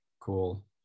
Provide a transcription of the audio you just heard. cool